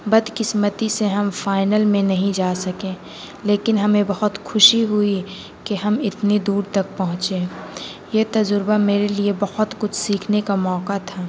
بد قسمتی سے ہم فائنل میں نہیں جا سکیں لیکن ہمیں بہت خوشی ہوئی کہ ہم اتنی دور تک پہنچیں یہ تجربہ میرے لیے بہت کچھ سیکھنے کا موقع تھا